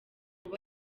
kuba